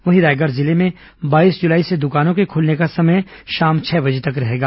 वहीं रायगढ़ जिले में बाईस जुलाई से दुकानों के खुलने का समय शाम छह बजे तक रहेगा